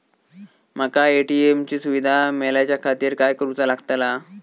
माका ए.टी.एम ची सुविधा मेलाच्याखातिर काय करूचा लागतला?